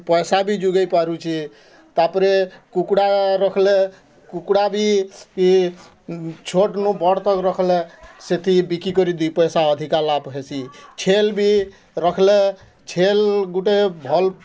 ପଇସା ବି ଯୁଗାଇ ପାରୁଛେ ତା'ପରେ କୁକୁଡ଼ା ରଖିଲେ କୁକୁଡ଼ା ବି ଛୋଟ ନୁ ବଡ଼ ତ ରଖିଲେ ସେଥି ବିକି କରି ଦୁଇ ପଇସା ଅଧିକା ଲାଭ୍ ହେସି ଛେଲ୍ ବି ରଖଲେ ଛେଲ୍ ଗୁଟେ ଭଲ୍